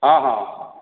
हँ हँ